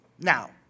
now